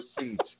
receipt